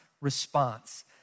response